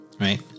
right